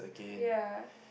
ya